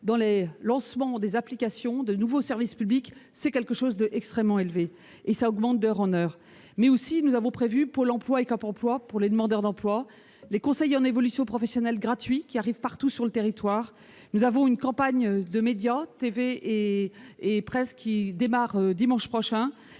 dans les lancements d'applications de nouveaux services publics. C'est extrêmement élevé, et cela augmente d'heure en heure. Nous avons aussi prévu, avec Pôle emploi et Cap emploi, pour les demandeurs d'emploi, des conseils en évolution professionnelle gratuits, partout sur le territoire. Nous avons une campagne de médias, télévision et presse, qui démarre dimanche prochain.